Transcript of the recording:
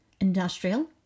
industrial